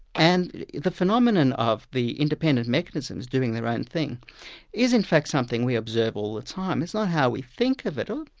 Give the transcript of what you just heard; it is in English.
and the phenomenon of the independent mechanisms doing their own thing is in fact something we observe all the time it's not how we think of it,